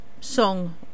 song